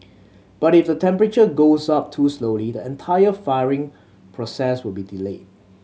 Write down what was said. but if the temperature goes up too slowly the entire firing process will be delayed